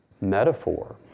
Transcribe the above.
metaphor